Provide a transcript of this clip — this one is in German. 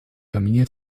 familie